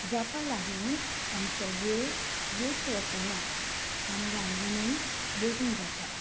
जाका लागून आमचो वेळ वेस्ट वचना आनी रांदुनूय बेगीन जाता